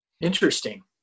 interesting